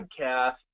podcast